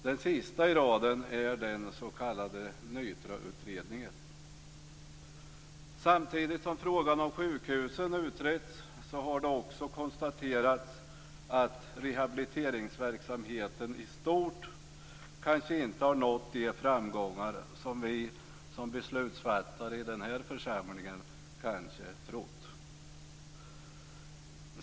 Den sista i raden är den s.k. NYTRA Samtidigt som frågan om sjukhusen utretts har det också konstaterats att rehabiliteringsverksamheten i stort kanske inte har nått de framgångar som vi som beslutsfattare i den här församlingen hade trott.